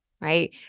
right